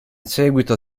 seguito